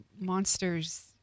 Monster's